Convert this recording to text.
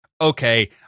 okay